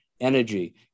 energy